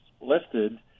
listed